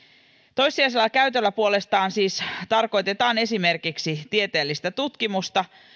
toissijaisella käytöllä puolestaan siis tarkoitetaan esimerkiksi tieteellistä tutkimusta